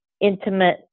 intimate